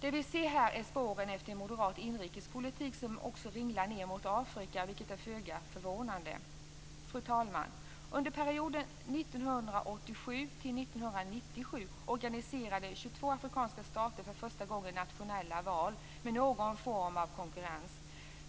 Det vi ser här är spåren efter moderat inrikespolitik som också ringlar ned mot Afrika, vilket är föga förvånande. Fru talman! Under perioden 1987-1997 organiserade 22 afrikanska stater för första gången nationella val med någon form av konkurrens.